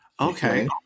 Okay